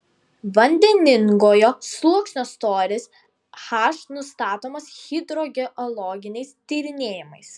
vandeningojo sluoksnio storis h nustatomas hidrogeologiniais tyrinėjimais